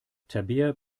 tabea